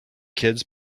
kids